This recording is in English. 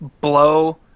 blow